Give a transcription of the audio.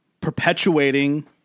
perpetuating